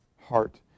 heart